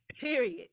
Period